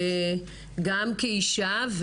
כאישה,